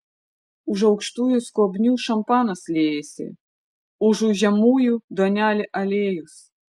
už aukštųjų skobnių šampanas liejasi užu žemųjų duonelė aliejus